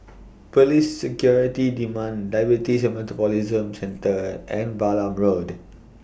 Police Security demand Diabetes and Metabolism Centre and Balam Road